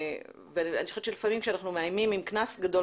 אני חושבת שלפעמים כשאנחנו מאיימים עם קנס גדול